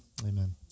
amen